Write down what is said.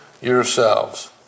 yourselves